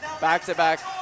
back-to-back